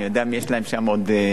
אני יודע מי יש להם שם כשחקן.